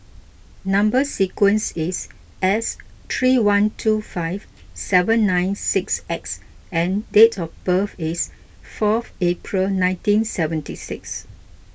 Number Sequence is S three one two five seven nine six X and date of birth is fourth April nineteen seventy six